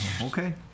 Okay